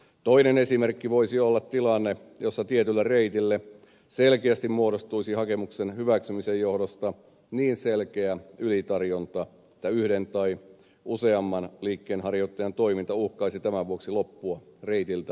toinen esimerkki voisi olla tilanne jossa tietylle reitille selkeästi muodostuisi hakemuksen hyväksymisen johdosta niin selkeä ylitarjonta että yhden tai useamman liikkeenharjoittajan toiminta uhkaisi tämän vuoksi loppua reitiltä kokonaan